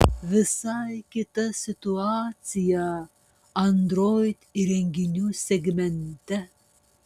visai kita situacija android įrenginių segmente